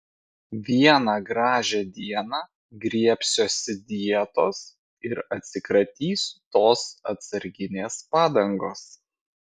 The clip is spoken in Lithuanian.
vieną gražią dieną griebsiuosi dietos ir atsikratysiu tos atsarginės padangos